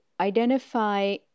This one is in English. identify